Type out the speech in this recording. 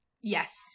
Yes